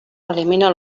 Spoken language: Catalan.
elimina